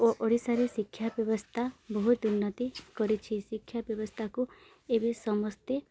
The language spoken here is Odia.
ଓ ଓଡ଼ିଶାରେ ଶିକ୍ଷା ବ୍ୟବସ୍ଥା ବହୁତ ଉନ୍ନତି କରିଛି ଶିକ୍ଷା ବ୍ୟବସ୍ଥାକୁ ଏବେ ସମସ୍ତେ